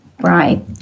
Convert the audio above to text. Right